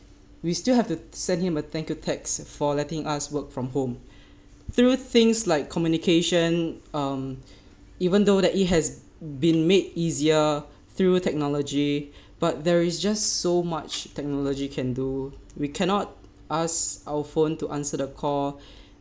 we still have to send him a thank you thanks for letting us work from home through things like communication um even though that it has been made easier through technology but there is just so much technology can do we cannot ask our phone to answer the call